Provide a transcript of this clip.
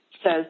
says